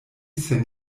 sen